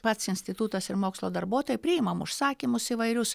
pats institutas ir mokslo darbuotojai priimam užsakymus įvairius